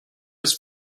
his